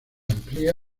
amplia